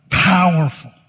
powerful